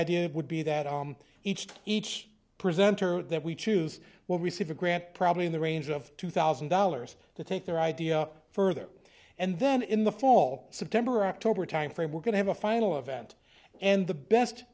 of would be that each to each presenter that we choose will receive a grant probably in the range of two thousand dollars to take their idea further and then in the fall september october timeframe we're going to have a final event and the best